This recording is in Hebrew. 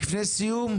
לפני סיום?